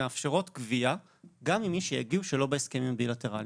מאפשרות גבייה גם ממי שיגיעו שלא בהסכמים הבילטרליים.